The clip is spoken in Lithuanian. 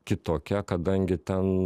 kitokia kadangi ten